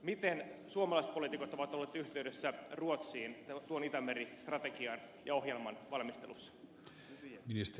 miten suomalaispoliitikot ovat olleet yhteydessä ruotsiin tuon itämeri strategian ja ohjelman valmistelussa